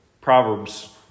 Proverbs